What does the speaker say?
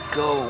go